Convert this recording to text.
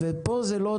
ופה זה לא אוטומטי.